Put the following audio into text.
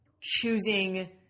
choosing